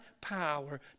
power